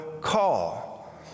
call